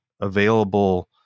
available